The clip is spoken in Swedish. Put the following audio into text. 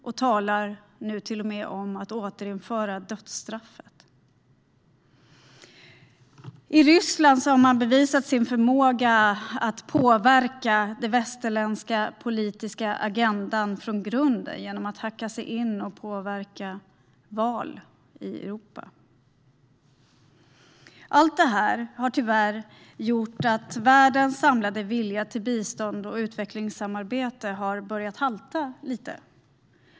Man talar nu till och med om att återinföra dödsstraffet. Och Ryssland har bevisat sin förmåga att påverka den västerländska politiska agendan från grunden, genom att hacka sig in och påverka val i Europa. Allt det här har tyvärr lett till att världens samlade vilja till bistånd och utvecklingssamarbete har börjat halta lite.